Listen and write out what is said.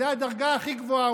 זו הדרגה הכי גבוהה,